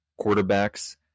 quarterbacks